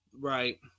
Right